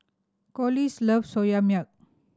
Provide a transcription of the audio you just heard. Collis love Soya Milk